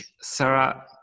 Sarah